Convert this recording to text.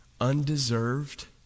undeserved